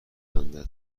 خندد